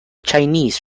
chinese